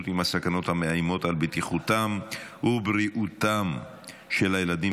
עם הסכנות המאיימות על בטיחותם ובריאותם של הילדים